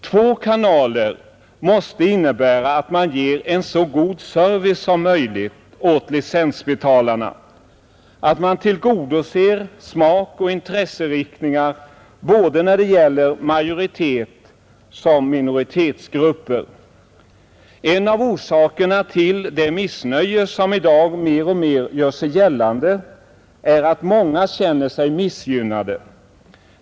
Två kanaler måste innebära att man ger en så god service som möjligt åt licensbetalarna, att man tillgodoser smak och intresseinriktning både när det gäller majoritetsoch minoritetsgrupper. En av orsakerna till det missnöje som i dag mer och mer gör sig gällande är att många känner sig missgynnade.